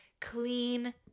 clean